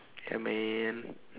I mean